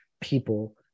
people